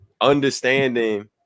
understanding